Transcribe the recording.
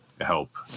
help